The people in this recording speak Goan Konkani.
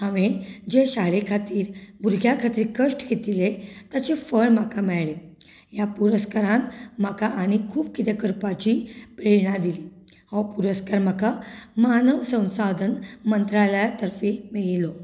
हांव जे शाळे खातीर भुरग्यां खातीर कश्ट घेतिल्लें ताचें फळ म्हाका मेळ्ळें ह्या पुरस्कारान म्हाका आनी खूब कितें करपाची प्रेरणा दिली हो पुरस्कार म्हाका मानव संसाधन मंत्रालया तरफी मेळिल्लो